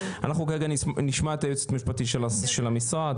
אנחנו נשמע את היועצת המשפטית של המשרד.